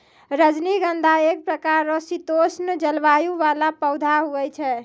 रजनीगंधा एक प्रकार रो शीतोष्ण जलवायु वाला पौधा हुवै छै